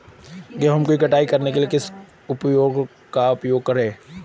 गेहूँ की कटाई करने के लिए किस उपकरण का उपयोग करें?